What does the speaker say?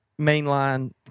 mainline